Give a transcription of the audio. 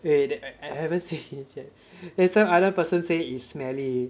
wait wait I haven't say finish yet then some other person say it's smelly